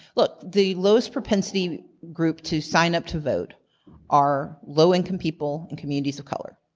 look, the lowest propensity group to sign up to vote are low income people, and communities of color.